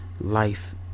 life